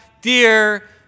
dear